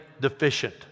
deficient